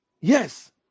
Yes